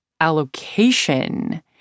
allocation